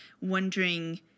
wondering